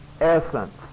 essence